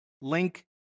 link